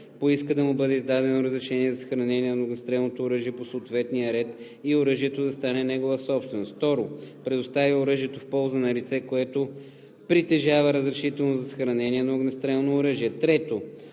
поиска да му бъде издадено разрешение за съхранение на огнестрелно оръжие по съответния ред и оръжието да остане негова собственост; 2. предостави оръжието в полза на лице, което притежава разрешително за съхранение на огнестрелно оръжие; 3.